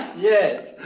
yes,